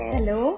Hello